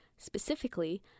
Specifically